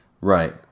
Right